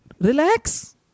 relax